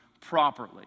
properly